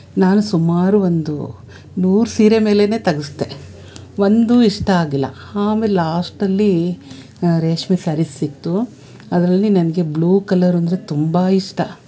ನಾನು ಸುಮಾರು ಒಂದು ನೂರು ಸೀರೆ ಮೇಲೆಯೇ ತೆಗೆಸ್ದೆ ಒಂದೂ ಇಷ್ಟ ಆಗಿಲ್ಲ ಆಮೇಲೆ ಲಾಶ್ಟಲ್ಲಿ ರೇಷ್ಮೆ ಸ್ಯಾರಿ ಸಿಕ್ತು ಅದರಲ್ಲಿ ನನಗೆ ಬ್ಲೂ ಕಲರು ಅಂದರೆ ತುಂಬ ಇಷ್ಟ